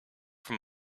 from